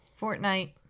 Fortnite